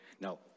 Now